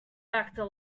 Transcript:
vector